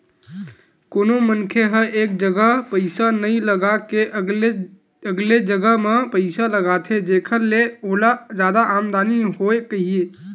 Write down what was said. कोनो मनखे ह एक जगा पइसा नइ लगा के अलगे अलगे जगा म पइसा लगाथे जेखर ले ओला जादा आमदानी होवय कहिके